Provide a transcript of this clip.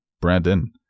Brandon